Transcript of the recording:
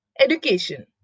Education